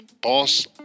boss